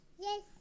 Yes